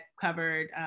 covered